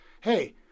Hey